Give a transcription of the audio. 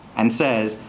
and says,